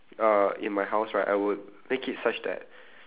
uh in my house right I would make it such that